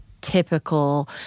typical